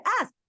ask